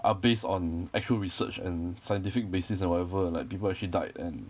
are based on actual research and scientific basis and whatever like people actually died and